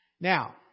Now